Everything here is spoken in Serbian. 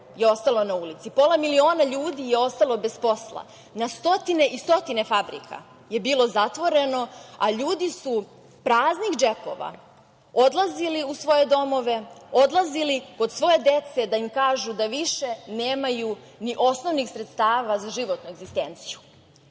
je ostalo na ulici, pola miliona ljudi je ostalo bez posla. Na stotine i stotine fabrika je bilo zatvoreno, a ljudi su praznih džepova odlazili u svoje domove, odlazili kod svoje dece da im kažu da više nemaju ni osnovnih sredstava za životnu egzistenciju